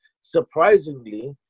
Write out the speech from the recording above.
surprisingly